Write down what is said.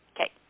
Okay